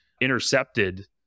intercepted